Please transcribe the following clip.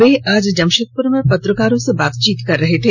वे आज जमशेदपुर में पत्रकारों से बातचीत कर रहे थे